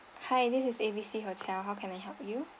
hi this is A B C hotel how can I help you